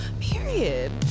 Period